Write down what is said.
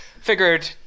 figured